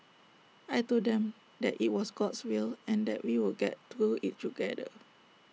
I Told them that IT was God's will and that we would get through IT together